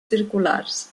circulars